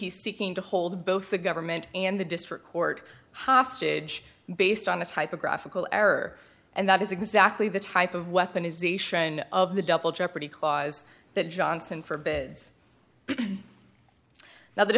he's seeking to hold both the government and the district court hostage based on a typographical error and that is exactly the type of weapon is ation of the double jeopardy clause that johnson forbids now the